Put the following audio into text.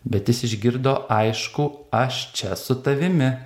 bet jis išgirdo aiškų aš čia su tavimi